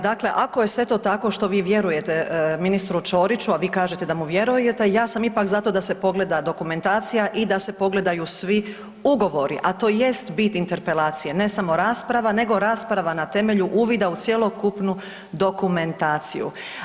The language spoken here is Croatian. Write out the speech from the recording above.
Dakle, ako je sve to tako što vi vjerujete ministru Ćoriću, a vi kažete da mu vjerujete, ja sam ipak za to da se pogleda dokumentacija i da se pogledaju svi ugovori, a to jest bit interpelacije, ne samo rasprava nego rasprava na temelju uvida u cjelokupnu dokumentaciju.